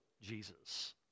Jesus